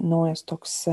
naujas toks